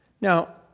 Now